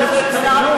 חבר הכנסת זאב,